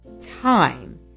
time